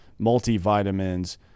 multivitamins